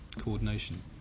coordination